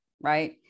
right